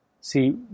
See